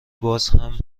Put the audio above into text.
بازهم